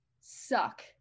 suck